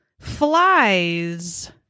Flies